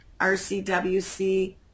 RCWC